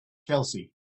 chelsea